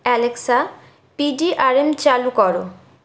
Alexa P D R M চালু কর